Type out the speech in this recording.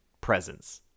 presence